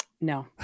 No